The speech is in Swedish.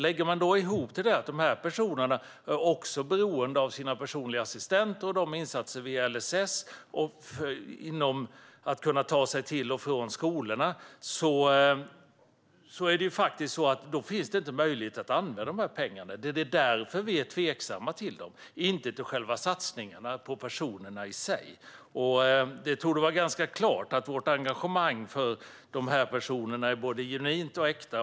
Om man då lägger ihop det med att de här personerna också är beroende av sina personliga assistenter och insatser via LSS för att kunna ta sig till och från skolorna kan man se att det inte finns möjlighet att använda pengarna. Det är därför vi är tveksamma. Vi är inte tveksamma till själva satsningarna på personerna i sig. Det torde vara ganska klart att vårt engagemang för de här personerna är både genuint och äkta.